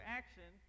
action